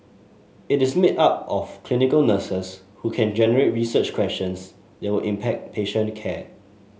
it is made up of clinical nurses who can generate research questions that will impact patient care